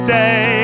day